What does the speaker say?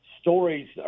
stories